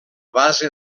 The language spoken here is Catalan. base